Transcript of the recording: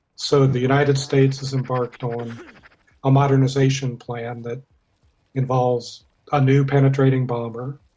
so the united states has embarked on a modernisation plan that involves a new penetrating bomber,